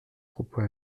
propos